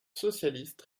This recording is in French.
socialiste